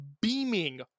beaming